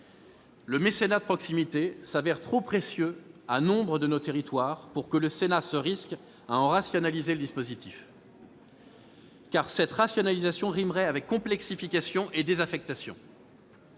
le mécénat de proximité s'avère trop précieux à nombre de nos territoires pour que le Sénat se risque à en rationaliser le dispositif. Cette rationalisation rimerait avec complexification et désaffection.